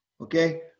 Okay